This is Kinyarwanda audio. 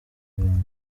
abantu